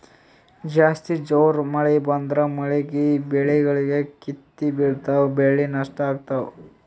ಜಾಸ್ತಿ ಜೋರ್ ಮಳಿ ಬಂದ್ರ ಮಳೀಗಿ ಬೆಳಿಗೊಳ್ ಕಿತ್ತಿ ಬಿಳ್ತಾವ್ ಬೆಳಿ ನಷ್ಟ್ ಆಗ್ತಾವ್